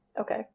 Okay